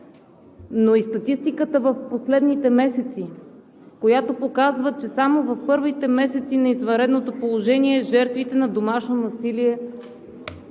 но и статистиката в последните месеци показва, че само в първите месеци на извънредното положение жертвите на домашно насилие